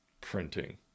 Printing